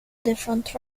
different